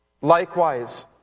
likewise